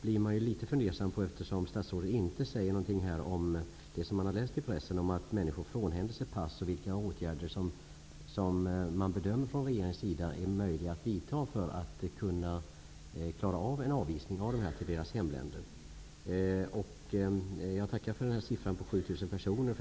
blir jag litet fundersam, eftersom statsrådet inte säger något om det som man har läst i pressen om att människor frånhänder sig pass och om vilka åtgärder som man bedömer från regeringens sida är möjliga att vidta för att klara av en avvisning till dessa människors resp. hemländer. Jag tackar för siffran 7 000 personer.